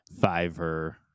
Fiverr